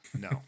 no